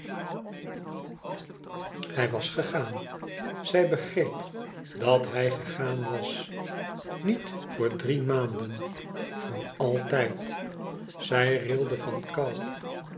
hij was gegaan zij begreep dat hij gegaan was niet voor drie maanden voor altijd zij rilde van kou